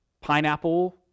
pineapple